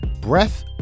Breath